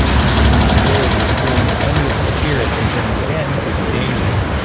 since the possibility of freeing any of the spirits contained within could be dangerous.